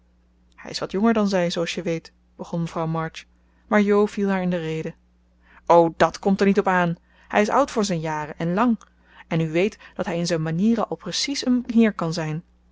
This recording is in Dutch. hij is wat jonger dan zij zooals je weet begon mevrouw march maar jo viel haar in de rede o dàt komt er niet op aan hij is oud voor zijn jaren en lang en u weet dat hij in zijn manieren al precies een heer kan zijn